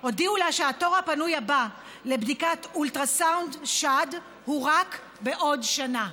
הודיעו לה שהתור הפנוי הבא לבדיקת אולטרסאונד שד הוא רק בעוד שנה.